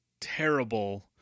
terrible